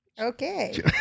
Okay